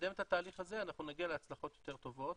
לקדם את התהליך הזה, נגיע להצלחות יותר טובות.